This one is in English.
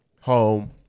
home